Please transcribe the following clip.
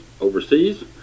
overseas